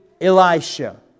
Elisha